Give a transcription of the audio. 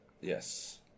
yes